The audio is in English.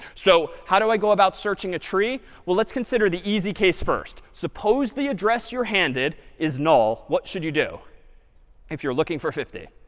so how do i go about searching a tree? well, let's consider the easy case first. suppose the address you're handed is null, what should you do if you're looking for fifty,